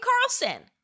Carlson